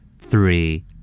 three